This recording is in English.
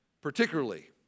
particularly